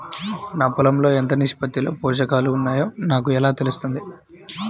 నా పొలం లో ఎంత నిష్పత్తిలో పోషకాలు వున్నాయో నాకు ఎలా తెలుస్తుంది?